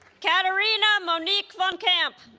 katerina monique von campe